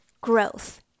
Growth